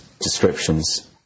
descriptions